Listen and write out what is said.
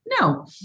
no